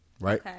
Right